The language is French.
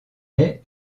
est